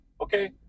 okay